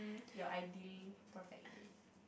ya I did it perfectly